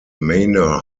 manor